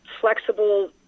flexible